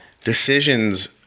decisions